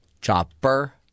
chopper